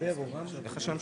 בוקר טוב,